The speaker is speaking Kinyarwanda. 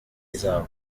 zawe